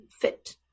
fit